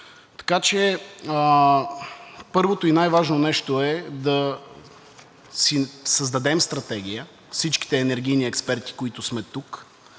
Така че първото и най-важно нещо е да си създадем стратегия – всичките енергийни експерти, които сме тук,